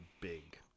big